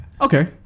Okay